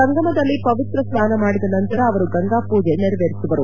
ಸಂಗಮದಲ್ಲಿ ಪವಿತ್ರ ಸ್ವಾನ ಮಾಡಿದ ನಂತರ ಅವರು ಗಂಗಾ ಪೂಜೆ ನೆರವೇರಿಸುವರು